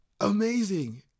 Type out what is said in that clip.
Amazing